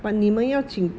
but 你们要请